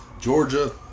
Georgia